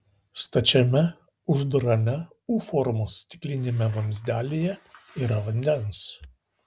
stačiame uždarame u formos stikliniame vamzdelyje yra vandens